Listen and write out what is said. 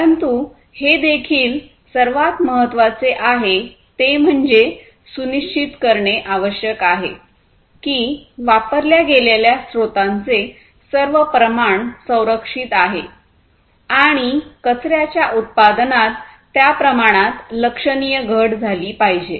परंतु हे देखील सर्वात महत्त्वाचे आहे ते म्हणजे सुनिश्चित करणे आवश्यक आहे की वापरल्या गेलेल्या स्त्रोतांचे सर्व प्रमाण संरक्षित आहे आणि कचऱ्याच्या उत्पादनात त्या प्रमाणात लक्षणीय घट झाली पाहिजे